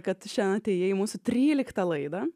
kad tu šiandien atėjai mūsų tryliktą laidą